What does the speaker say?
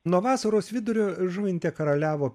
nuo vasaros vidurio žuvinte karaliavo